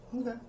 okay